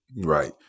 Right